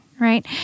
right